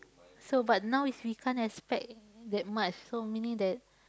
so but now is we can't expect that much so meaning that